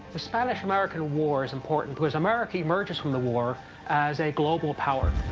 the spanish american war is important because america emerges from the war as a global power.